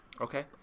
Okay